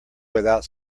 without